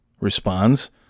responds